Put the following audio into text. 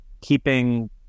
keeping